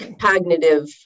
cognitive